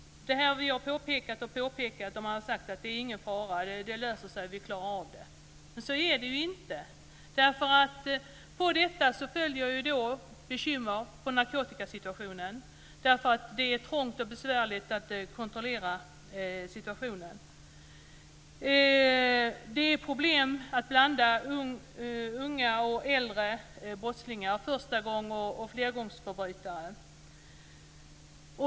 Det här har vi påpekat flera gånger. Man har sagt att det ingen fara, det löser sig, vi klarar av det. Men så är det inte. På detta följer bekymmer med narkotikasituationen. Det är trångt och besvärligt att kontrollera situationen. Det är problem att behöva blanda unga och äldre brottslingar, förstagångs och flergångsförbrytare.